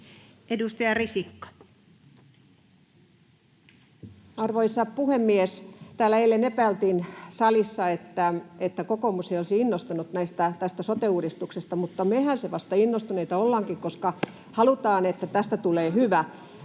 16:28 Content: Arvoisa puhemies! Täällä eilen epäiltiin salissa, että kokoomus ei olisi innostunut sote-uudistuksesta, mutta mehän vasta innostuneita ollaankin, koska halutaan, että tästä tulee hyvä.